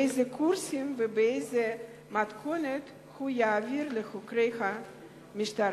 איזה קורסים יהיו ובאיזו מתכונת הוא יעביר אותם לחוקרי המשטרה?